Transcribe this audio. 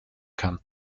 kann